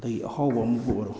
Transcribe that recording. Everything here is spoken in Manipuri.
ꯑꯗꯒꯤ ꯑꯍꯥꯎꯕ ꯑꯃꯕꯨ ꯑꯣꯏꯔꯣ